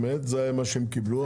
זה מה שהם קיבלו,